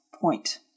point